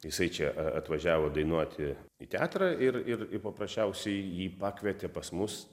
jisai čia a atvažiavo dainuoti į teatrą ir ir paprasčiausiai jį pakvietė pas mus